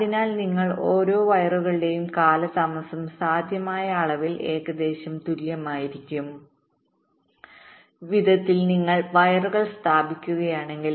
അതിനാൽ നിങ്ങൾ ഓരോ വയറുകളുടെയും കാലതാമസം സാധ്യമായ അളവിൽ ഏകദേശം തുല്യമായിരിക്കും വിധത്തിൽ നിങ്ങൾ വയറുകൾ സ്ഥാപിക്കുകയാണെങ്കിൽ